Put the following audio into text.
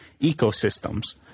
ecosystems